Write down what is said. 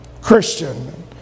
Christian